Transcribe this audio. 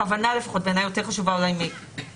החברה שולחת מסר, התקבל חיווי שלילי על התיבה.